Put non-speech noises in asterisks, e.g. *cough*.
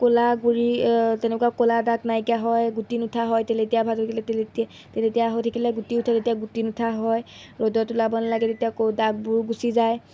ক'লা গুৰি তেনেকুৱা ক'লা দাগ নাইকীয়া হয় গুটি নুঠা হয় তেলেতীয়া *unintelligible* তেলেতীয়া তেলেতীয়া হৈ থাকিলে গুটি উঠে তেতিয়া গুটি নুঠা হয় ৰ'দত ওলাব নালাগে তেতিয়া ক' দাগবোৰ গুচি যায়